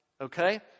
okay